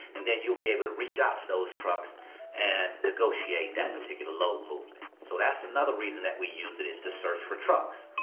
and then you'll be able to reach out to those trucks and negotiate that particular load movement. so that's another reason that we use it, is to search for trucks.